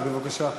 אז בבקשה.